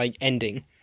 ending